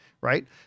right